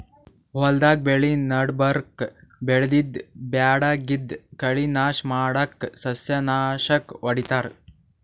ಹೊಲ್ದಾಗ್ ಬೆಳಿ ನಡಬರ್ಕ್ ಬೆಳ್ದಿದ್ದ್ ಬ್ಯಾಡಗಿದ್ದ್ ಕಳಿ ನಾಶ್ ಮಾಡಕ್ಕ್ ಸಸ್ಯನಾಶಕ್ ಹೊಡಿತಾರ್